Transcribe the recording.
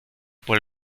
por